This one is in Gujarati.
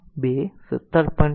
તેથી હવે આ 2 17